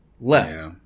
left